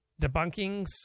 debunkings